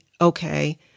Okay